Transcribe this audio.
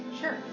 Sure